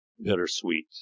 bittersweet